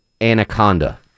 anaconda